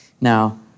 Now